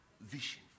Vision